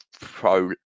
pro